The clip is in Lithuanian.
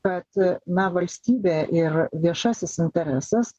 bet na valstybė ir viešasis interesas